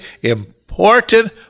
important